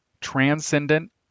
transcendent